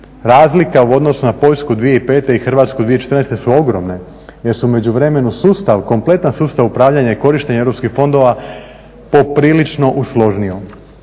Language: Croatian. Razlika u odnosu na Poljsku 2005. i Hrvatsku 2014. su ogromne jer su u međuvremenu sustav, kompletan sustav upravljanja i korištenja Europskih fondova poprilično usložnijom,